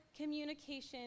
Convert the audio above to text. communication